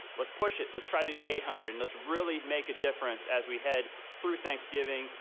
let's push it. let's try to do eight hundred and let's really make a difference as we head through thanksgiving,